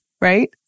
right